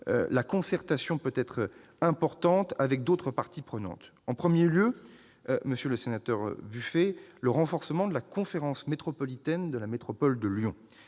concertation importante avec les autres parties prenantes. Il s'agit, d'une part, monsieur le sénateur Buffet, du renforcement de la conférence métropolitaine de la métropole de Lyon.